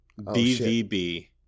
BVB